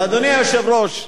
ואדוני היושב-ראש,